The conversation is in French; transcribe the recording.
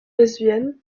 lesbienne